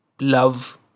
love